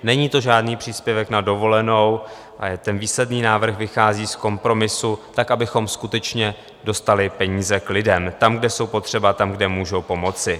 Není to žádný příspěvek na dovolenou, ale výsledný návrh vychází z kompromisu tak, abychom skutečně dostali peníze k lidem, tam, kde jsou potřeba, a tam, kde můžou pomoci.